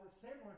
similar